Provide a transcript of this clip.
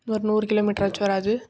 ஒரு நூறு கிலோமீட்ராச்சு வராது